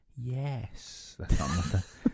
yes